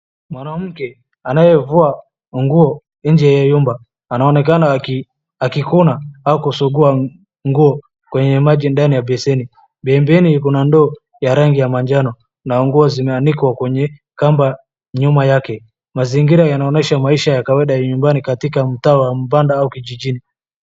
Mwanamke anayevua nguo nje ya nyumba. Anaonekana akikuna au kusugua nguo kwenye maji ndani ya beseni. Pembeni kuna ndoo ya rangi ya manjano na nguo zimeanikwa kwenye kamba nyuma yake. Mazingira yanaonyesha maisha ya kawaida nyumbani katika mtaa wa mbanda au kijijini.